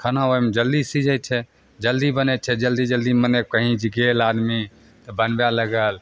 खाना ओहिमे जल्दी सिझै छै जल्दी बनै छै जल्दी जल्दी मने कहीँ भी गेल आदमी तऽ बनबै लागल